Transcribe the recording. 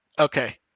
Okay